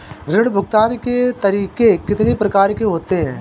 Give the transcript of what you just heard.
ऋण भुगतान के तरीके कितनी प्रकार के होते हैं?